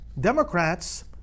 Democrats